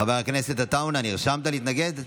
חבר הכנסת עטאונה, נרשמת להתנגד?